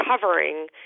covering